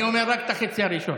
אני אומר רק את החצי הראשון.